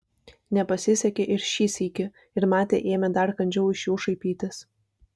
nepasisekė ir šį sykį ir matė ėmė dar kandžiau iš jų šaipytis